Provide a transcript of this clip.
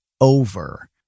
over